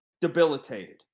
debilitated